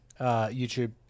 YouTube